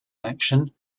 action